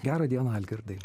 gera diena algirdai